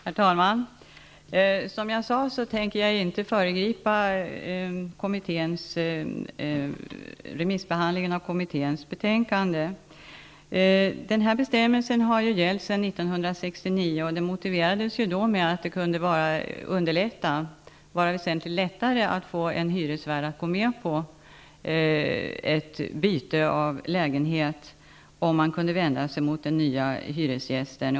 Herr talman! Som jag sade, tänker jag inte föregripa remissbehandlingen av kommitténs betänkande. Den nuvarande bestämmelsen har gällt sedan 1969, och den motiverades då med att det kunde vara väsentligt lättare att få en hyresvärd att gå med på ett byte av lägenhet, om hyresvärden kunde vända sig med sina krav mot den nya hyresgästen.